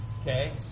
okay